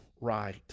right